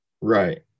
right